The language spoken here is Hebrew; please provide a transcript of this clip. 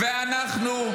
ואנחנו,